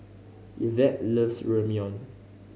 Yvette loves Ramyeon